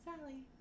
Sally